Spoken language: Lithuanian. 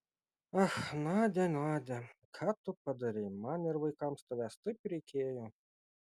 ach nadia nadia ką tu padarei man ir vaikams tavęs taip reikėjo